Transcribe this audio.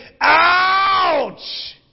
Ouch